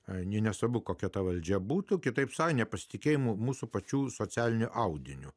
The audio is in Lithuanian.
ar nė nesvarbu kokia ta valdžia būtų kitaip su nepasitikėjimu mūsų pačių socialiniu audiniu